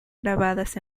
grabadas